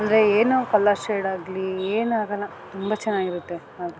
ಅಂದರೆ ಏನು colour shade ಆಗಲೀ ಏನೂ ಆಗೋಲ್ಲ ತುಂಬ ಚೆನ್ನಾಗಿರುತ್ತೆ ಅದು